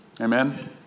Amen